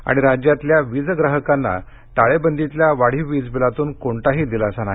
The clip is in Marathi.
आणि राज्यातील वीज ग्राहकांना टाळेबंदीतल्या वाढीव वीज बिलातून कोणताही दिलासा नाही